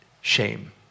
shame